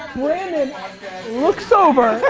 brandon looks over,